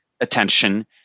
attention